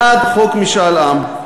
בעד חוק משאל עם.